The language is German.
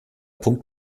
punkt